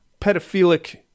pedophilic